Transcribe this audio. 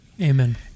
Amen